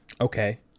Okay